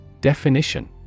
Definition